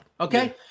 okay